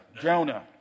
Jonah